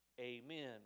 Amen